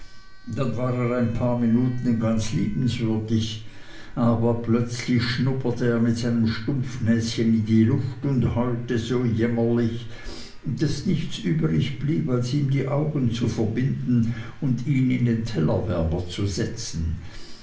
dann war er ein paar minuten ganz liebenswürdig aber plötzlich schnupperte er mit seinem stumpfnäschen in die luft und heulte so jämmerlich daß nichts übrig blieb als ihm die augen zu verbinden und ihn in den tellerwärmer zu setzen